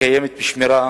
שקיימת בשמירה